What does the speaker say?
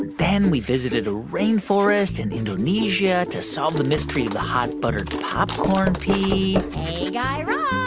then we visited a rain forest in indonesia to solve the mystery of the hot buttered popcorn pee hey, guy raz